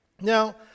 Now